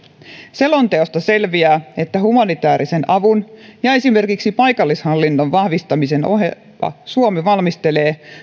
selonteosta selviää että humanitäärisen avun ja esimerkiksi paikallishallinnon vahvistamisen ohella suomi valmistelee myös